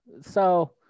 so-